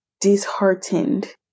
disheartened